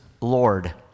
Lord